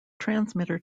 transmitter